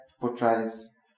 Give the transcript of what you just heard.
portrays